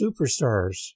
superstars